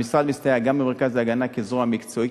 המשרד מסתייע גם במרכז להגנה כזרוע מקצועית